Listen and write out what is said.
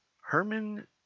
Herman